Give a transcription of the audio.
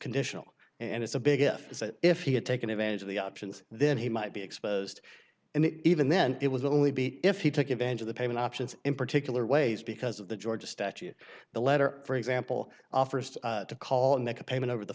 conditional and it's a big if if he had taken advantage of the options then he might be exposed and even then it was only be if he took advantage of the payment options in particular ways because of the ga statute the letter for example offers to call and make a payment over the